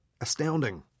astounding